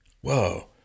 Whoa